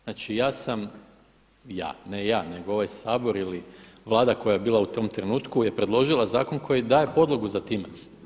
Znači ja sam, ja ne ja nego ovaj Sabor ili vlada koja je bila u tom trenutku je predložila zakon koji daje podlogu za time.